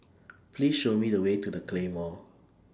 Please Show Me The Way to The Claymore